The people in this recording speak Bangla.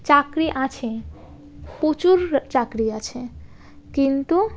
চাকরি আছে প্রচুর চাকরি আছে কিন্তু